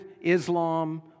Islam